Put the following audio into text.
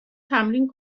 تمرین